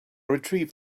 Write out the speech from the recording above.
retrieved